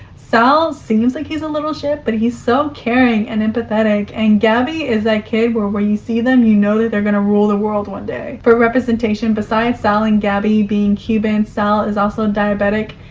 sal seems like he's a little shit, but he's so caring and empathetic, and gabi is that kid where when you see them, you know that they're gonna rule the world one day. for representation besides sal and gabi being cuban, sal is also diabetic.